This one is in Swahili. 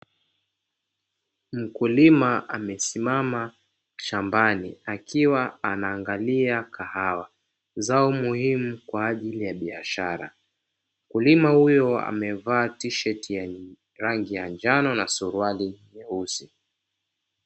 Mkulima amesimama shambani akiwa anaangalia kahawa zao muhimu kwaajili ya kahawa, mkulima huyo amevaa fulana ya rangi ya njano na suruali nyeusi.